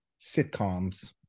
sitcoms